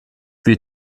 wie